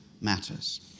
matters